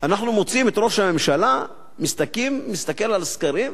אנחנו מוצאים את ראש הממשלה מסתכל על סקרים,